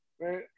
right